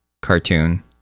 cartoon